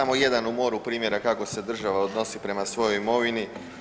Samo jedan u moru primjera kako se država odnosi prema svojoj imovini.